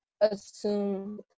assume